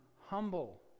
humble